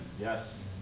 Yes